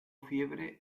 fiebre